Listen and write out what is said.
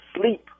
sleep